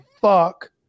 fuck